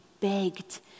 begged